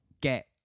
get